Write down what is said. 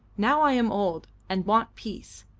now i am old, and want peace.